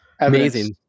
Amazing